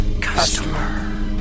Customer